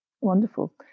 Wonderful